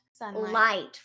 light